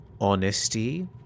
honesty